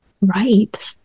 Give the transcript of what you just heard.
Right